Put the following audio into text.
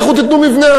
לכו תיתנו מבנה.